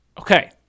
Okay